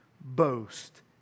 boast